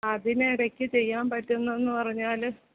അതിന് ഇടയ്ക്ക് ചെയ്യാൻ പറ്റുന്നതെന്ന് പറഞ്ഞാൽ